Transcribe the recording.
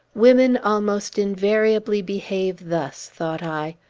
women almost invariably behave thus, thought i.